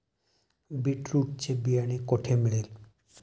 Beetroot चे बियाणे कोठे मिळेल?